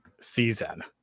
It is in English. season